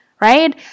right